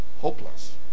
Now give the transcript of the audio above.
hopeless